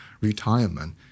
retirement